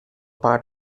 part